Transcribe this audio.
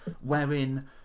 wherein